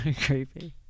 creepy